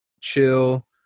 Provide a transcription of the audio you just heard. chill